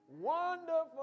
Wonderful